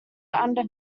under